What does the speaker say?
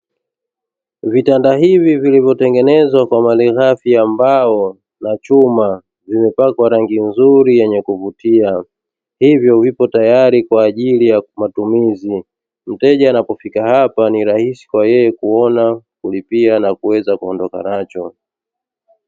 Vitanda hivi vilivyotengenezwa kwa malighafi ya mbao na chuma vimepawa rangi nzuri yenye kuvutia, hivyo vipo tayari kwaajili ya matumizi mteja anapofika hapa ni rahisi kwa yeye kuona, kulipia na kuweza kuondoka nacho.